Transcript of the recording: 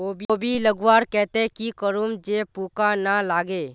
कोबी लगवार केते की करूम जे पूका ना लागे?